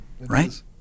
right